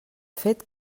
fet